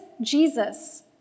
Jesus